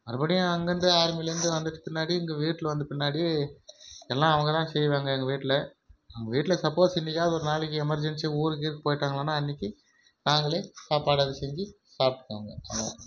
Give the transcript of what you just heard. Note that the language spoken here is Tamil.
மறுபடியும் அங்கேந்து ஆர்மிலந்து வந்ததுக்கு பின்னாடி இங்கே வீட்டில வந்த பின்னாடி எல்லா அவங்க தான் செய்வாங்க எங்கள் வீட்டில வீட்டில சப்போஸ் என்னிக்காவது ஒரு நாளைக்கு எமர்ஜன்சி ஊருக்கு கீருக் போயிவிட்டாங்களானா அன்னிக்கு நாங்களே சாப்பாடு எதா செஞ்சு சாப்பிட்டுக்குவோங்க அவ்வளோ தான்